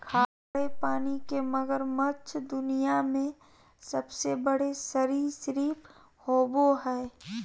खारे पानी के मगरमच्छ दुनिया में सबसे बड़े सरीसृप होबो हइ